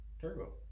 turbo